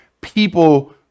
people